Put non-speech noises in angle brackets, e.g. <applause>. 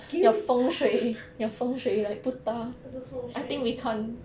skills <laughs> the 风水